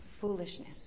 foolishness